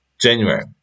january